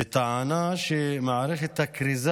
וטענה שמערכת הכריזה